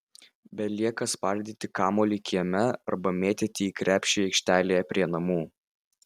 belieka spardyti kamuolį kieme arba mėtyti į krepšį aikštelėje prie namų